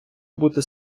бути